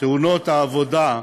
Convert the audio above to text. תאונות העבודה,